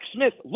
Smith